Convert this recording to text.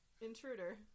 intruder